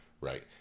Right